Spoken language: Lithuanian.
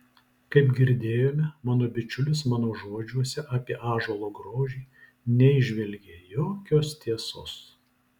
kaip girdėjome mano bičiulis mano žodžiuose apie ąžuolo grožį neįžvelgė jokios tiesos